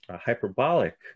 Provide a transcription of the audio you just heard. hyperbolic